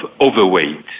overweight